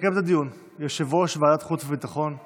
יסכם את הדיון יושב-ראש ועדת החוץ והביטחון.